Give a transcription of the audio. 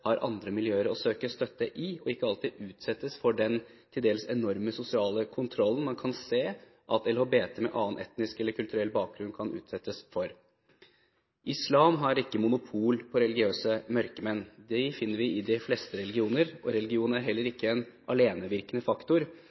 har andre miljøer å søke støtte i, og at de ikke alltid utsettes for den til dels enorme sosiale kontrollen man kan se at LHBT med annen etnisk eller kulturell bakgrunn kan utsettes for. Islam har ikke monopol på religiøse mørkemenn. Dem finner vi i de fleste religioner, og religion er heller ikke en alenevirkende faktor.